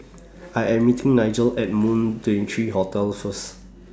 I Am meeting Nigel At Moon twenty three Hotel First